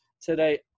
today